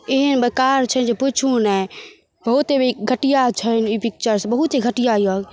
एहन बेकार छन जे पूछु नहि बहुत ही घटिया छनि ई पिक्चर सब बहुत ही घटिया यऽ